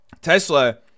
Tesla